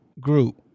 group